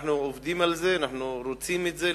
אנחנו עובדים על זה, אנחנו רוצים את זה.